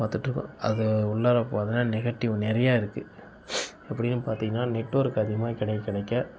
பார்த்துட்ருக்கோம் அது உள்ளார போனால் நெகட்டிவ் நிறையா இருக்குது அப்படின்னு பார்த்திங்கன்னா நெட்வொர்க் அதிகமாக கிடைக்க கிடைக்க